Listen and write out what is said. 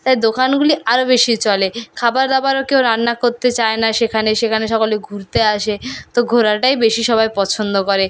তাই দোকানগুলি আরো বেশি চলে খাবার দাবারও কেউ রান্না করতে চায় না সেখানে সেখানে সকলে ঘুরতে আসে তো ঘোরাটাই বেশি সবাই পছন্দ করে